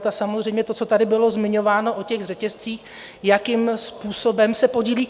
A samozřejmě to, co tady bylo zmiňováno o řetězcích, jakým způsobem se podílejí...